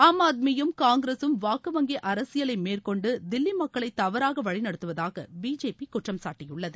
ஆம் ஆத்மியும் காங்கிரஸும் வாக்கு வங்கி அரசியலை மேற்கொண்டு தில்லி மக்களை தவறாக வழிநடத்துவதாக பிஜேபி குற்றம்சாட்டியுள்ளது